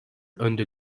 önde